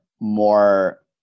more